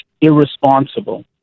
irresponsible